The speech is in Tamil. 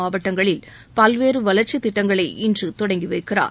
மாவட்டங்களில் பல்வேறு வளர்ச்சி திட்டங்களை இன்று தொடங்கி வைக்கிறார்